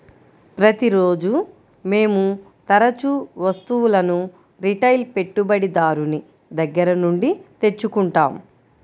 ప్రతిరోజూ మేము తరుచూ వస్తువులను రిటైల్ పెట్టుబడిదారుని దగ్గర నుండి తెచ్చుకుంటాం